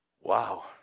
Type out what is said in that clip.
Wow